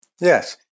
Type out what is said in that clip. Yes